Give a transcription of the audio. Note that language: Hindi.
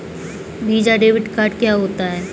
वीज़ा डेबिट कार्ड क्या होता है?